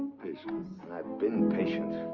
patience. and i've been patient.